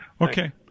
Okay